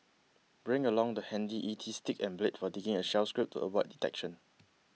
bring along the handy E T stick and blade for digging a shell scrape to avoid detection